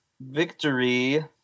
Victory